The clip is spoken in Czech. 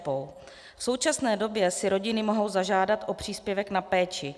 V současné době si rodiny mohou zažádat o příspěvek na péči.